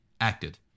acted